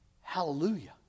hallelujah